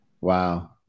Wow